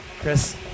Chris